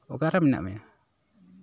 ᱚᱠᱟᱨᱮ ᱢᱮᱱᱟᱜ ᱢᱮᱭᱟ